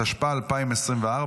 התשפ"ה 2024,